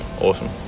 awesome